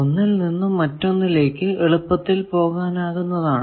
ഒന്നിൽ നിന്നും മറ്റൊന്നിലേക്കു എളുപ്പത്തിൽ പോകാനാകുന്നതാണ്